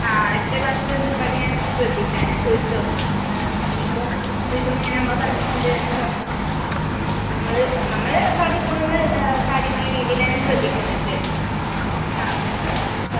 ആ ആ അടുത്ത ക്ലാസ്സിൽ വന്നപ്പാട് ഞാൻ ശ്രദ്ധിക്കാം ഞാൻ ചോദിച്ച് നോക്കാം ആ ഇനി ഇപ്പോൾ വീട്ടിലനിന്ന് ഇങ്ങനെ അമ്മ പറഞ്ഞിട്ട് ഉണ്ട് അങ്ങനെ പറഞ്ഞ് നോക്കാം നമ്മൾ നമ്മളെ ഭാഗത്ത് നിന്ന് കാര്യമായ രീതിയിൽ തന്നെ ശ്രദ്ധിക്കുന്നുണ്ട് ആ ആ